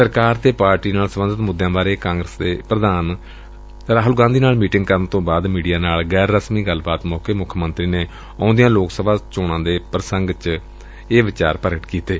ਸਰਕਾਰ ਅਤੇ ਪਾਰਟੀ ਨਾਲ ਸਬੰਧਤ ਮੁੱਦਿਆਂ ਬਾਰੇ ਕਾਂਗਰਸ ਦੇ ਪ੍ਰਧਾਨ ਰਾਹੂਲ ਗਾਂਧੀ ਨਾਲ ਮੀਟਿੰਗ ਕਰਨ ਤੋਂ ਬਾਅਦ ਮੀਡੀਆ ਨਾਲ ਇੱਕ ਗੈਰ ਰਸਮੀ ਗੱਲਬਾਤ ਮੌਕੇ ਮੁੱਖ ਮੰਤਰੀ ਨੇ ਆਉਂਦੀਆਂ ਲੋਕ ਸਭਾ ਚੋਣਾਂ ਦੇ ਸੰਦਰਭ ਵਿਚ ਇਹ ਵਿਚਾਰ ਪ੍ਰਗਟ ਕੀਤੈ